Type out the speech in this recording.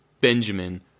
Benjamin